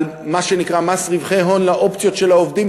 על מה שנקרא מס רווחי הון לאופציות של העובדים,